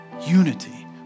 unity